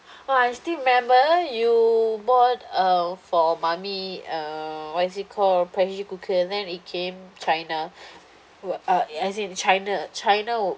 oh I still remember you bought uh for mummy uh what is it called pressure cooker then it came china w~ uh as in china china